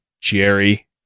Jerry